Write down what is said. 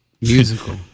musical